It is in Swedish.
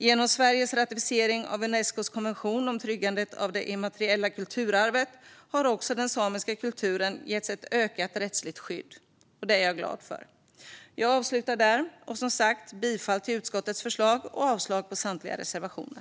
Genom Sveriges ratificering av Unescos konvention om tryggandet av det immateriella kulturarvet har också den samiska kulturen getts ett ökat rättsligt skydd. Det är jag glad för. Jag yrkar bifall till utskottets förslag och avslag på samtliga reservationer.